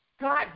God